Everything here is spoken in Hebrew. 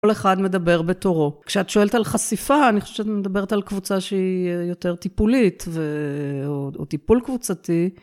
כל אחד מדבר בתורו. כשאת שואלת על חשיפה, אני חושבת שאת מדברת על קבוצה שהיא יותר טיפולית ו... או טיפול קבוצתי.